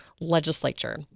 legislature